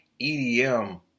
EDM